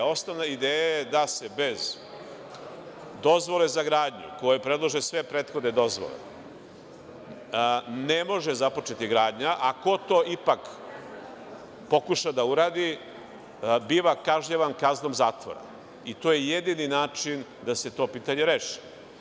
Osnovna ideja je da se bez dozvole za gradnju, koja predlaže sve prethodne dozvole, ne može započeti gradnja, a ko to ipak pokuša da uradi, biva kažnjavan kaznom zatvora, i to je jedini način da se to pitanje reši.